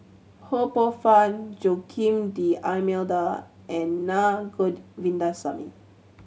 Ho Poh Fun Joaquim D'Almeida and Na Govindasamy